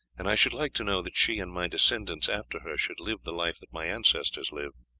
and i should like to know that she and my descendants after her should live the life that my ancestors lived.